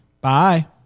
Bye